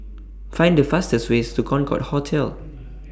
Find The fastest ways to Concorde Hotel